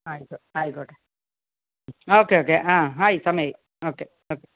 ആയിക്കോട്ടെ ആയിക്കോട്ടെ okay okay ആ ആയി സമയമായി ഓക്കെ ഓക്കെ